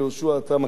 אתה מכיר את זה,